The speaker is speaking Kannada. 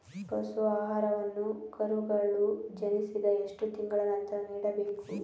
ಪಶು ಆಹಾರವನ್ನು ಕರುಗಳು ಜನಿಸಿದ ಎಷ್ಟು ತಿಂಗಳ ನಂತರ ನೀಡಬೇಕು?